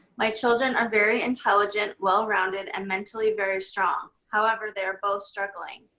my children are very intelligent, well-rounded and mentally very strong. however, they're both struggling.